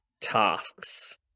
tasks